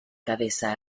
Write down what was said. cabeza